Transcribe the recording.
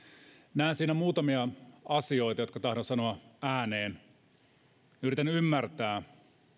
näen siinä muutamia asioita jotka tahdon sanoa ääneen yritän ymmärtää